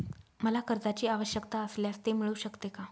मला कर्जांची आवश्यकता असल्यास ते मिळू शकते का?